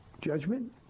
judgment